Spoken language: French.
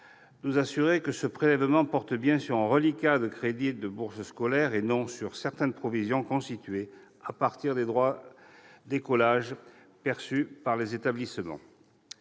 le ministre, que ce prélèvement porte bien sur un reliquat de crédits de bourses scolaires et non sur certaines provisions constituées à partir des droits d'écolage perçus par les établissements